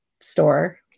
store